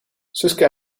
suske